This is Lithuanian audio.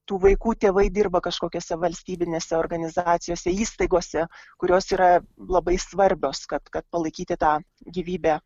tų vaikų tėvai dirba kažkokiose valstybinėse organizacijose įstaigose kurios yra labai svarbios kad kad palaikyti tą gyvybę